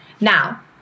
Now